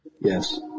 Yes